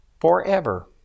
FOREVER